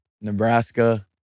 Nebraska